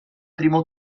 primo